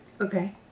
Okay